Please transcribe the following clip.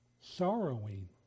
sorrowing